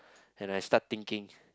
and I start thinking